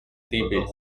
thebes